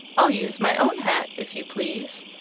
i'll use my own hat, if you please.